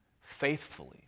faithfully